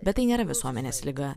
bet tai nėra visuomenės liga